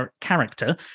character